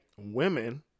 women